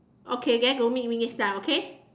okay then don't meet me next time okay